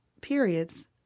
periods